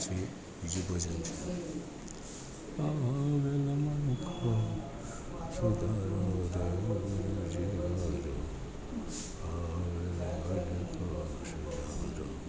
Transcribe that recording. પછી બીજું ભજન છે